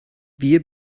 wir